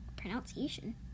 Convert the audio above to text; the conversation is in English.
pronunciation